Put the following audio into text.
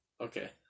Okay